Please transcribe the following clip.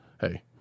hey